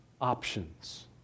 options